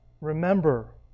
Remember